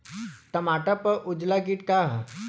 टमाटर पर उजला किट का है?